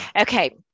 okay